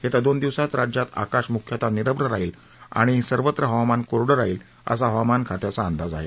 येत्या दोन दिवसात राज्यात आकाश मुख्यतः निरभ्र राहील आणि सर्वत्र हवामान कोरडं राहील असा हवामान खात्याचा अंदाज आहे